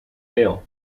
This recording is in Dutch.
veel